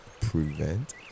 prevent